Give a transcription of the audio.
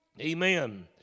Amen